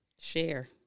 Share